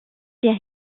der